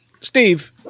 steve